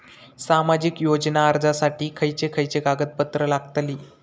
सामाजिक योजना अर्जासाठी खयचे खयचे कागदपत्रा लागतली?